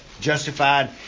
Justified